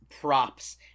Props